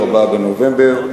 4 בנובמבר,